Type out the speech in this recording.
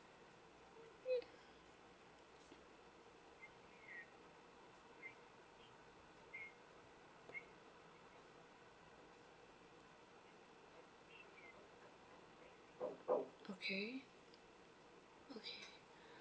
okay